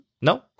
No